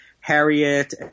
Harriet